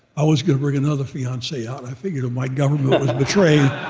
i was gonna bring another fiancee out. i figured, my government was betraying,